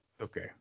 Okay